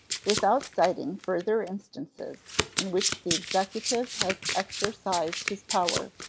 without citing further instances in which the executive has exercised his power,